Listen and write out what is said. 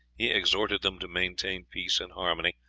he exhorted them to maintain peace and harmony,